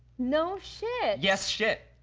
no shit. yes shit!